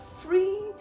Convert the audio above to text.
free